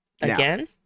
again